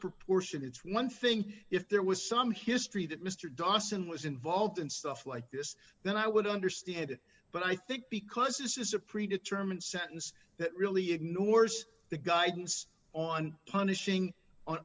proportion it's one thing if there was some history that mr dawson was involved in stuff like this then i would understand it but i think because this is a pre determined sentence that really ignores the guidance on punishing on